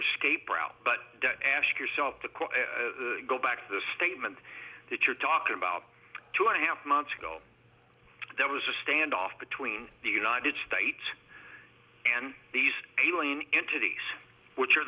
escape route but ask yourself the cause go back to the statement that you're talking about two and a half months ago there was a standoff between the united states and these alien entities which are